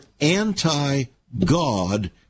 anti-God